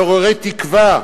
מעוררי תקווה.